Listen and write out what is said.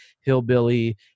hillbilly